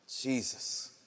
Jesus